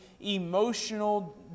emotional